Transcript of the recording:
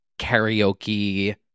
karaoke